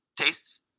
tastes